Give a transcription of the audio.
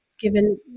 given